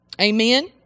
Amen